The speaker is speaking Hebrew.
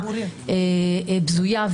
בזויה,